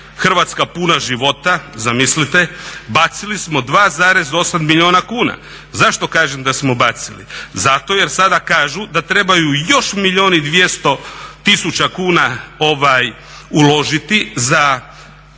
"Hrvatska puna života", zamislite, bacili smo 2,8 milijuna kuna. Zašto kažem da smo baciti? Zato jer sada kažu da trebaju još milijun i 200 tisuća kuna uložiti za